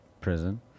prison